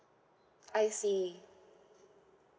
I see